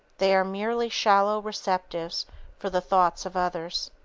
they are merely shallow receptives for the thoughts of others.